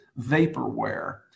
vaporware